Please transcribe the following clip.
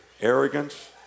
arrogance